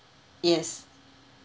yes